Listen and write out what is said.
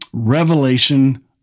revelation